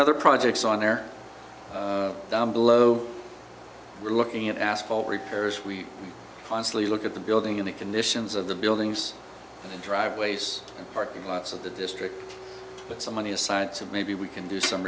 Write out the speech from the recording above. other projects on there down below we're looking at asphalt repairs we honestly look at the building in the conditions of the buildings and driveways and parking lots of the district put some money aside so maybe we can do some